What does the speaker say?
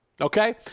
Okay